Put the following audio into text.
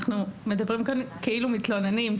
אנחנו מדברים כאן כאילו מתלוננים,